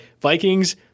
Vikings